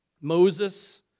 Moses